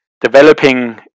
developing